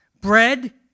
Bread